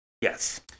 Yes